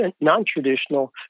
non-traditional